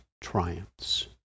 triumphs